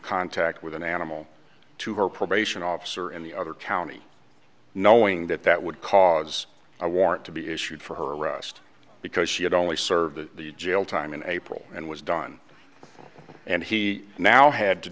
contact with an animal to her probation officer and the other county knowing that that would cause i warrant to be issued for her arrest because she had only served to the jail time in april and was done and he now had to